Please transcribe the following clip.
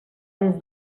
des